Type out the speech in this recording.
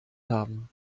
haben